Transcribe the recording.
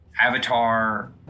avatar